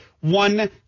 one